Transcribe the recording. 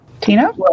Tina